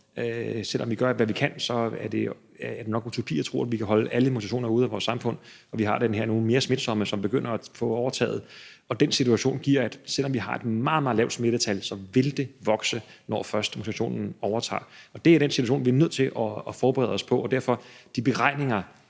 Selv om vi gør alt, hvad vi kan, så er det nok utopi at tro, at vi kan holde alle mutationer ude af vores samfund, når nu vi har den her mere smitsomme variant, som begynder at få overtaget. Den situation betyder, at selv om vi har et meget, meget lavt smittetal, så vil det vokse, når først mutationen overtager. Det er den situation, vi er nødt til at forberede os på. De beregninger,